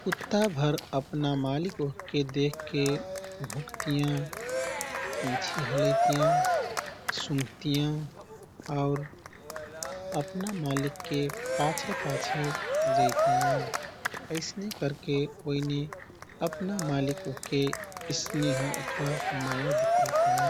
कुत्ता भर अपना मालिक ओहके देखके भुँकतियाँ, पुँछी हलैतियाँ, सुँघतियाँ आउर अपना मालिकके पाछे पाछे जैतियाँ। यैसने करके ओइने अपना मालिक ओहके स्नेह अथवा माया दिखैतियाँ।